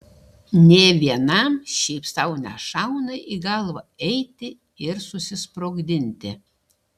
nė vienam šiaip sau nešauna į galvą eiti ir susisprogdinti